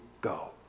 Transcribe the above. go